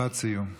משפט סיום.